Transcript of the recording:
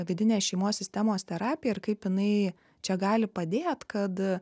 vidinės šeimos sistemos terapija ir kaip jinai čia gali padėt kad